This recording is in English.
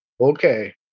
Okay